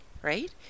right